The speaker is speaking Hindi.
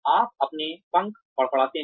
आप अपने पंख फड़फड़ाते हैं